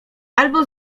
albo